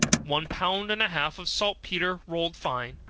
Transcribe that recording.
one pound and a half of saltpetre rolled fine,